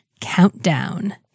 Countdown